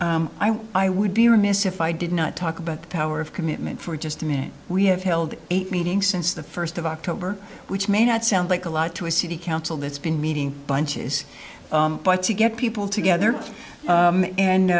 so i would be remiss if i did not talk about the power of commitment for just a minute we have held eight meetings since the first of october which may not sound like a lot to a city council that's been meeting bunches to get people together and and